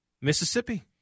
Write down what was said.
Mississippi